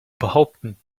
behaupten